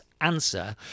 answer